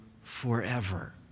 forever